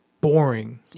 boring